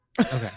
Okay